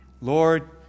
Lord